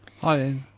hi